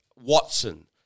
Watson